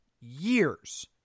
years